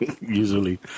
usually